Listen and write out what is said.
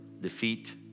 defeat